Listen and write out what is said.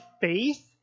faith